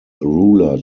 ruler